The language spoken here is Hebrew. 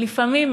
ולפעמים,